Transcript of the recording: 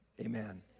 amen